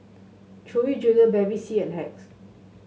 Chewy Junior Bevy C and Hacks